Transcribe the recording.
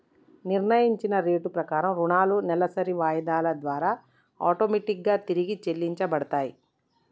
నిర్ణయించిన రేటు ప్రకారం రుణాలు నెలవారీ వాయిదాల ద్వారా ఆటోమేటిక్ గా తిరిగి చెల్లించబడతయ్